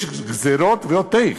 יש גזירות ועוד איך,